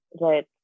right